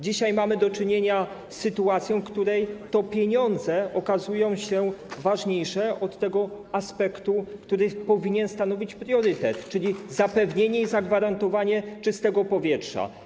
Dzisiaj mamy do czynienia z sytuacją, w której to pieniądze okazują się ważniejsze od tego aspektu, który powinien stanowić priorytet, czyli zapewnienie i zagwarantowanie czystego powietrza.